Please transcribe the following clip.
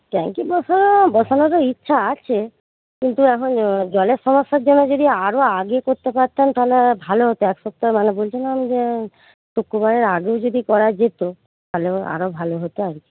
ট্যাঙ্কি বসা বসাবারও ইচ্ছা আছে কিন্তু এখন জলের সমস্যার জন্য যদি আরো আগে করতে পারতাম তাহলে ভালো হতো এক সপ্তাহ মানে বলছিলাম যে শুক্রবারের আগে যদি করা যেতো তাহলে আরো ভালো হতো আর কি